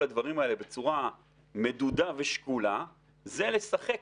הדברים האלה בצורה מדודה ושקולה זה לשחק